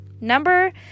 Number